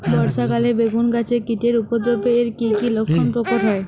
বর্ষা কালে বেগুন গাছে কীটের উপদ্রবে এর কী কী লক্ষণ প্রকট হয়?